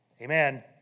Amen